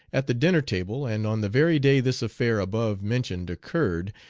at the dinner table, and on the very day this affair above mentioned occurred,